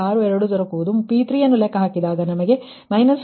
62 ದೊರೆಯುವುದು P3 ಯನ್ನು ಲೆಕ್ಕಹಾಕಿದಾಗ ನಮಗೆ 0